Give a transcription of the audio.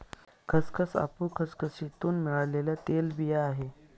खसखस अफू खसखसीतुन मिळालेल्या तेलबिया आहे